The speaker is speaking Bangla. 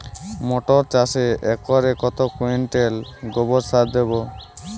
মটর চাষে একরে কত কুইন্টাল গোবরসার দেবো?